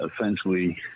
essentially